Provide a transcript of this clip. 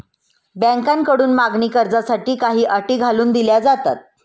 बँकांकडून मागणी कर्जासाठी काही अटी घालून दिल्या जातात